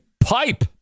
pipe